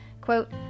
Quote